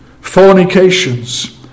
fornications